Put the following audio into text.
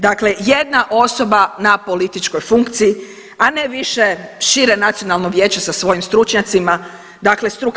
Dakle, jedna osoba na političkoj funkciji, a ne više šire nacionalno vijeće sa svojim stručnjacima, dakle struka.